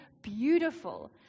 beautiful